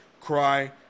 cry